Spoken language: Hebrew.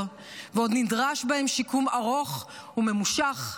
ועוד נדרש בהם שיקום ארוך וממושך.